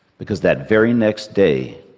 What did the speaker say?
because that very next day,